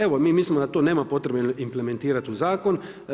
Evo mi mislimo da tu nema potrebe implementirati u zakon.